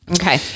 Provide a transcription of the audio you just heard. Okay